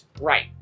Right